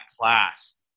class